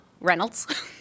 Reynolds